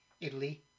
Italy